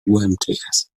umts